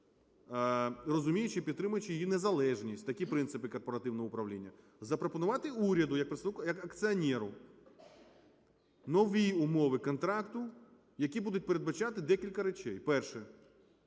розуміючи, підтримуючи її незалежність, такі принципи корпоративного управління, запропонувати уряду як акціонеру нові умови контракту, які будуть передбачати декілька речей. Перше